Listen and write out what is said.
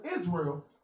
Israel